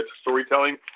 storytelling